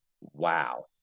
Wow